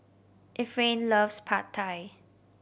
Efrain loves Pad Thai